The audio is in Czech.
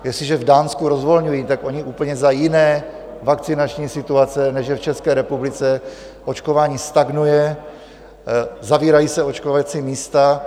Jestliže v Dánsku rozvolňují, tak oni úplně za jiné vakcinační situace, než je v České republice očkování stagnuje, zavírají se očkovací místa.